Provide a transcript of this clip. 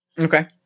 Okay